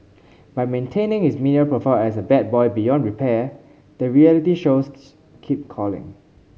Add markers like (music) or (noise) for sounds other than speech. by maintaining his media profile as a bad boy beyond repair the reality shows (unintelligible) keep calling